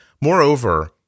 moreover